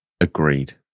agreed